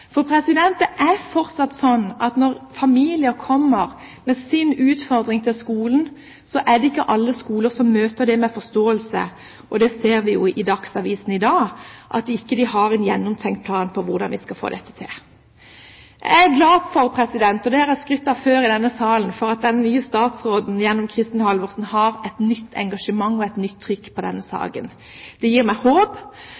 For når familier kommer med sin utfordring til skolen, er det fortsatt ikke alle skoler som møter dem med forståelse. Vi ser jo i Dagsavisen i dag at de ikke har en gjennomtenkt plan for hvordan de skal få dette til. Jeg er glad for – og det har jeg skrytt av før i denne salen – at den nye statsråden, Kristin Halvorsen, har et nytt engasjement og et nytt trykk på denne